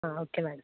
okay madam